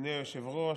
אדוני היושב-ראש,